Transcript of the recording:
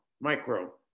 Micro